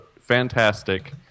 fantastic